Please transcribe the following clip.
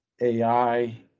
AI